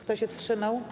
Kto się wstrzymał?